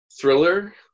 thriller